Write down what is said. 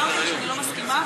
אמרתי שאני לא מסכימה,